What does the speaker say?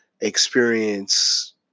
experience-